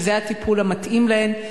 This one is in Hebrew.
שזה הטיפול המתאים להן,